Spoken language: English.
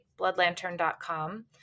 bloodlantern.com